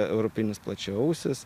europinis plačiaausis